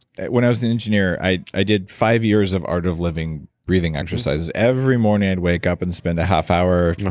when i was an engineer, i did five years of art of living, breathing exercises. every morning i'd wake up and spend a half hour,